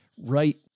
right